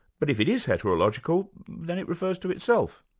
but if it is heterological then it refers to itself,